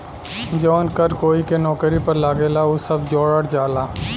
जवन कर कोई के नौकरी पर लागेला उ सब जोड़ल जाला